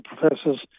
professors